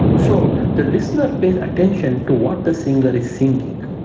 so, the listener pays attention to what the singer is singing,